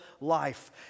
life